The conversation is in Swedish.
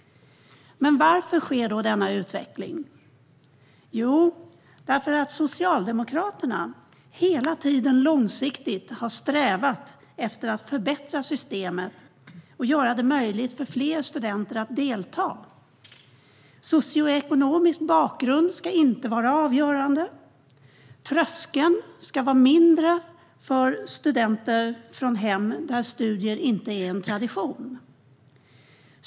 Varför sker då denna utveckling? Jo, därför att Socialdemokraterna hela tiden långsiktigt strävat efter att förbättra systemet och göra det möjligt för fler studenter att delta. Socioekonomisk bakgrund ska inte vara avgörande. Tröskeln ska vara lägre för studenter från hem där studier inte är en tradition.